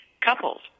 couples